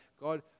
God